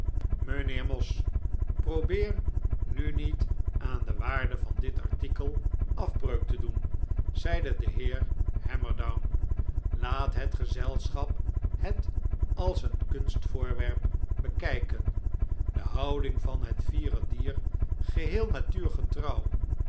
mijnheer moss probeer nu niet aan de waarde van het artikel afbreuk te doen zeide de heer hammerdown laat het gezelschap het als een kunstvoorwerp bekijken de houding van het fiere dier geheel